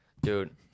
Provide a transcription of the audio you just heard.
Dude